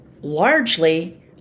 largely